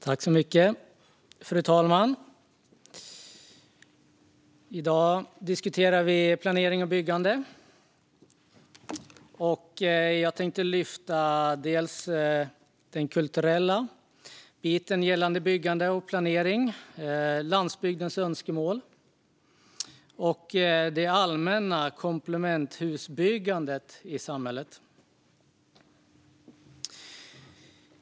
Fru talman! I dag diskuterar vi planering och byggande. Jag tänkte lyfta upp kulturfrågor som är kopplade till byggande och planering, landsbygdens önskemål och det allmänna komplementhusbyggandet i samhället.